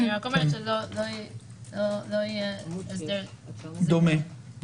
לא יהיה הסדר דומה.